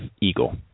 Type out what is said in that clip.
eagle